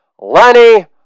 Lenny